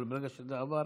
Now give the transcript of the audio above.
אבל ברגע שזה עבר